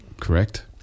correct